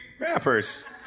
rappers